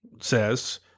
says